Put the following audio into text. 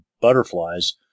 butterflies